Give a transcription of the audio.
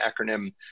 acronym